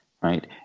right